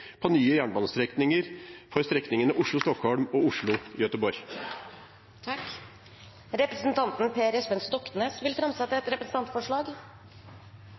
på nye jernbanestrekninger på norsk side for strekningene Oslo–Stockholm og Oslo–Gøteborg. Representanten Per Espen Stoknes vil framsette to representantforslag. Jeg har gleden av å fremme et